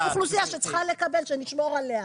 גם זו אוכלוסייה שצריכה שנשמור עליה.